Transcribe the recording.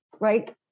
right